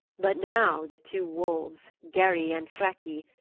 but now the two wolves, geri and freki,